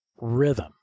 rhythm